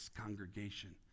congregation